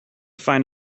find